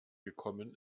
gekommen